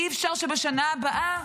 אי-אפשר שבשנה הבאה